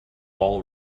all